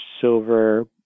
silver